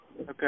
Okay